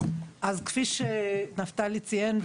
כפי שנפתלי ציין,